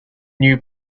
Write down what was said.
knew